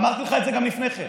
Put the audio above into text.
אמרתי לך את זה גם לפני כן.